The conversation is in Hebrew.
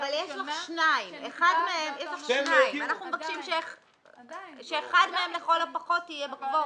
אבל יש לך שניים ואנחנו מבקשים שאחד מהם לכל הפחות יהיה בקוורום.